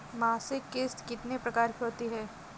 मासिक किश्त कितने प्रकार की होती है?